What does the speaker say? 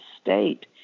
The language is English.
state